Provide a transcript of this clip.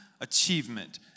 achievement